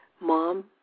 Mom